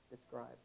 describe